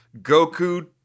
Goku